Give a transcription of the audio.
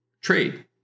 trade